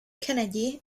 kennedy